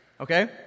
Okay